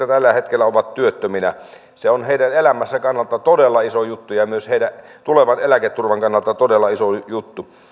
tällä hetkellä ovat työttöminä se on heidän elämänsä kannalta todella iso juttu ja myös heidän tulevan eläketurvansa kannalta todella iso juttu